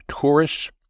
tourists